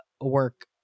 work